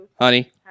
Honey